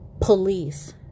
police